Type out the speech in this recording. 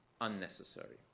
unnecessary